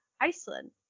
Iceland